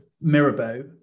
Mirabeau